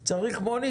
אני צריך מונית.